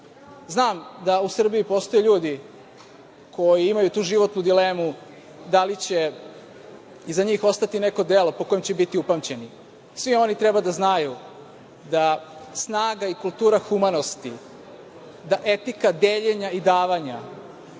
Znam da u Srbiji postoje ljudi koji imaju tu životnu dilemu da li će iza njih ostati neko delo po kojem će biti upamćeni. Svi oni treba da znaju da snaga i kultura humanosti, da etika deljenja i davanja,